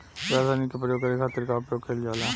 रसायनिक के प्रयोग करे खातिर का उपयोग कईल जाला?